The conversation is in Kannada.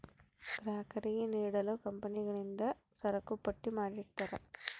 ಗ್ರಾಹಕರಿಗೆ ನೀಡಲು ಕಂಪನಿಗಳಿಂದ ಸರಕುಪಟ್ಟಿ ಮಾಡಿರ್ತರಾ